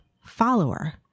follower